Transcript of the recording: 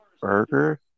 burger